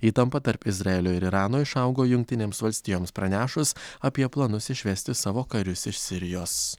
įtampa tarp izraelio ir irano išaugo jungtinėms valstijoms pranešus apie planus išvesti savo karius iš sirijos